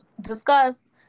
discuss